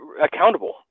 accountable